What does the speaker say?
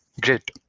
Great